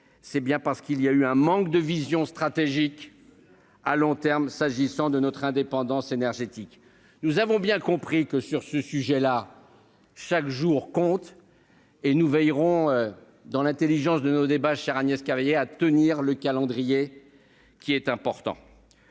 c'est bien parce qu'il y a eu un manque de vision stratégique à long terme en matière d'indépendance énergétique. Nous avons bien compris que, sur ce sujet particulier, chaque jour compte. Nous veillerons, dans l'intelligence de nos débats, chère Agnès Canayer, à tenir le calendrier. Au rang